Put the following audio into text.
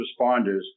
responders